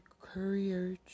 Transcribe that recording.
Courier